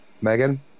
Megan